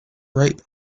rape